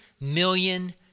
million